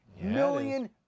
million